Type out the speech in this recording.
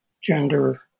gender